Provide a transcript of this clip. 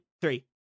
three